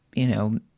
you know,